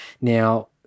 Now